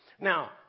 Now